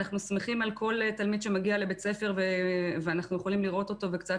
אנחנו שמחים על כל תלמיד שמגיע לבית ספר ואנחנו יכולים לראות אותו וקצת